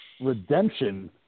redemption